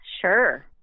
Sure